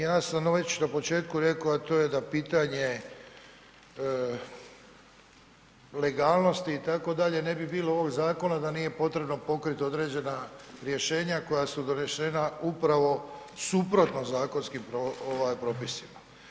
Ja sam već na početku rekao, a to je da pitanje legalnosti itd. ne bi bilo ovog zakona da nije potrebno pokriti određena rješenja koja su donešena upravo suprotno zakonskim propisima.